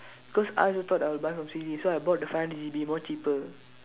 cause I also thought I will buy from C_D so I bought the five hundred G_B more cheaper